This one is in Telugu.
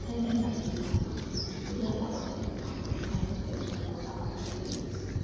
సైరా నరసింహారెడ్డి ఉయ్యాలవాడ సినిమాతో ఆయన చరిత్ర కూడా అందరికీ తెలిసింది